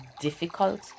difficult